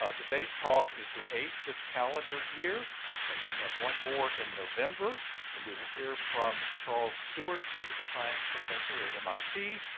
um today's talks is the eight this calendar year and we have one more in november when we will hear from charles stewart, political science professor at mit,